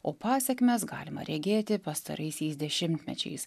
o pasekmes galima regėti pastaraisiais dešimtmečiais